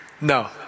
No